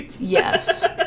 yes